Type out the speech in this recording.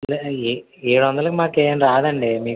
ఇందులో ఏ ఏడు వందలు మాకేం రాదండి